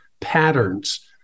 patterns